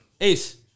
Ace